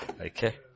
Okay